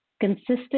Consistent